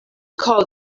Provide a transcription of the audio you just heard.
call